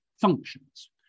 functions